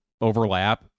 overlap